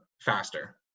faster